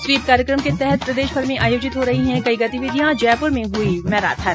SVEEP कार्यक्रम के तहत प्रदेशभर में आयोजित हो रही है कई गतिविधियां जयपुर में हुई मैराथन